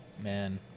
Man